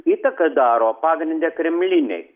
įtaką daro pagrinde kremliniai